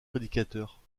prédicateurs